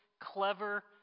clever